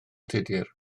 tudur